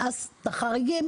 ואז את החריגים,